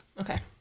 Okay